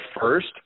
first